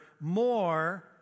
more